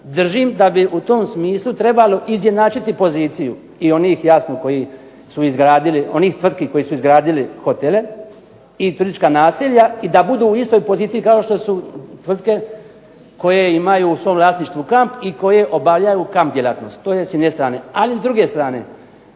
Držim da bi u tom smislu trebalo izjednačiti poziciju i onih tvrtki koje su izgradili hotele i turistička naselja i da budu u istoj poziciji kao što su tvrtke koje imaju u svom vlasništvu kamp i koje obavljaju kamp djelatnost. To je s jedne strane. Ali s druge strane,